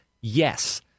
yes